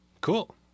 Cool